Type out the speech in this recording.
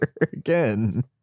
again